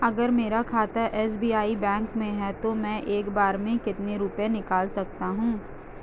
अगर मेरा खाता एस.बी.आई बैंक में है तो मैं एक बार में कितने रुपए निकाल सकता हूँ?